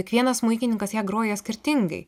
kiekvienas smuikininkas ją groja skirtingai